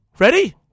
Ready